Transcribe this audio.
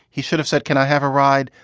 he should have said, can i have a ride,